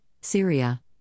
Syria